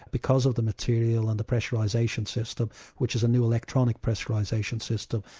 because of the material and the pressurisation system which is a new electronic pressurisation system,